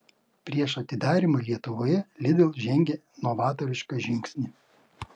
prieš atidarymą lietuvoje lidl žengė novatorišką žingsnį